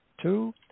Two